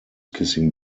kissing